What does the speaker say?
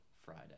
Friday